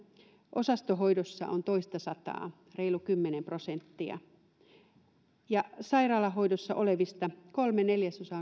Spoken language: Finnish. osastohoidossa on toistasataa reilu kymmenen prosenttia sairaalahoidossa olevista kolme neljäsosaa